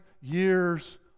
years